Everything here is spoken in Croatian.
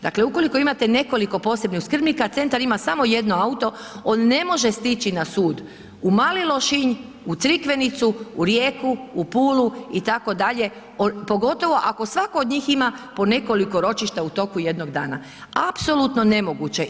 Dakle, ukoliko imate nekoliko posebnih skrbnika, a centar ima samo jedno auto on ne može stići na sud u mali Lošinj, u Crikvenicu, u Rijeku, u Pulu itd., pogotovo ako svatko od njih ima po nekoliko ročišta u toku jednog dana, apsolutno nemoguće.